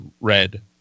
red